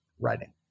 writing